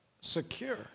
secure